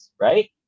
right